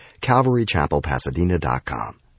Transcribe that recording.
CalvaryChapelPasadena.com